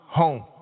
home